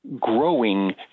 growing